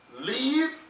Leave